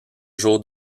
jour